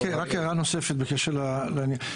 רק הערה נוספת בקשר לעניין.